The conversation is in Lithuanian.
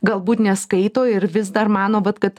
galbūt neskaito ir vis dar mano vat kad